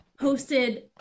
posted